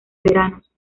veranos